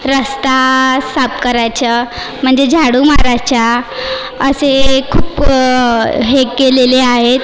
रस्ता साफ करायचं म्हणजे झाडू मारायचा असे खूप हे केलेले आहेत